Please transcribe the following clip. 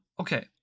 okay